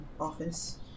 office